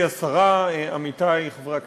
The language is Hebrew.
עמיתי חברי הכנסת,